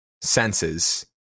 senses